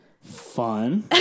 Fun